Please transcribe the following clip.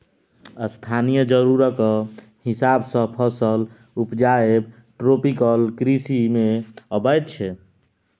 स्थानीय जरुरतक हिसाब सँ फसल उपजाएब ट्रोपिकल कृषि मे अबैत छै